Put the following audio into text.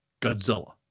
Godzilla